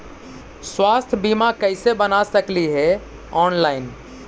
स्वास्थ्य बीमा कैसे बना सकली हे ऑनलाइन?